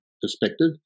perspective